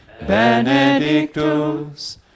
Benedictus